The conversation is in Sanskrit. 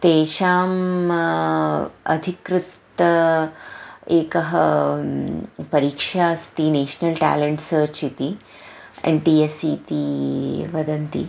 तेषाम् अधिकृता एका परीक्षा अस्ति नेश्नल् टेलेण्ट् सर्च् इति एन् टि एस् इति वदन्ति